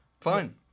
fine